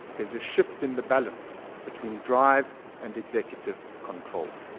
there's a shift in the balance between drive and executive control.